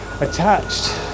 attached